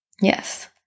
Yes